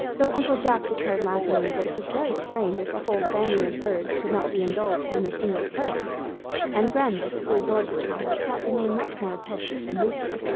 though uncle jack declared laughingly that it was very strange if a whole family of birds could not be indulged in a single carol and grandma, who adored the child, thought the name much more appropriate than lucy,